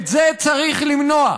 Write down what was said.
את זה צריך למנוע.